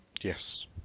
Yes